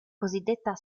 cosiddetta